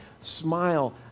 smile